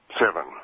Seven